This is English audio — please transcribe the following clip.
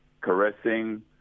Caressing